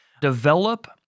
Develop